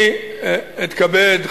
אני אתכבד,